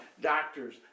doctors